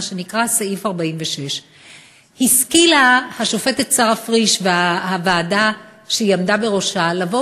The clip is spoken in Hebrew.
מה שנקרא סעיף 46. השכילו השופטת שרה פריש והוועדה שהיא עמדה בראשה לבוא